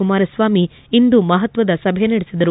ಕುಮಾರ ಸ್ವಾಮಿ ಇಂದು ಮಹತ್ತದ ಸಭೆ ನಡೆಸಿದರು